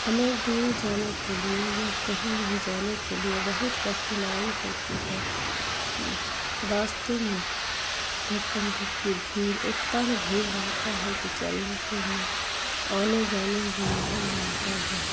ہمیں دوری جانے کے لیے یا کہیں بھی جانے کے لیے بہت کٹھنائی ہوتی ہے راستے میں دھکم دھکی بھیڑ اتا نہ بھیڑ رہتا ہے کہ چلنے پھرنے آنے جانے میں بھی نہیں بنتا ہے